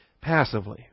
passively